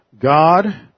God